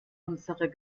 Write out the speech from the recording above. unsere